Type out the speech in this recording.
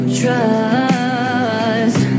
trust